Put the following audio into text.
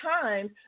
time